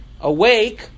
awake